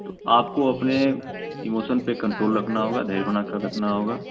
तो आपको अपने इमोशन पर कंट्रोल रखना होगा धैर्य बनाकर रखना होगा